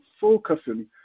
focusing